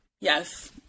Yes